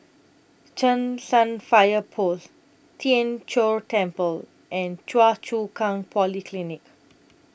Cheng San Fire Post Tien Chor Temple and Choa Chu Kang Polyclinic